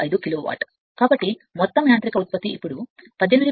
65 kilowatt కాబట్టి మొత్తం యాంత్రిక ఉత్పత్తి అప్పుడు 18